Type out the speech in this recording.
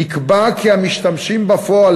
נקבע כי המשתמשים בפועל,